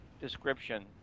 description